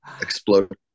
explode